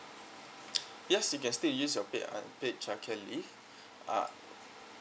yes you can still use your paid unpaid childcare leave uh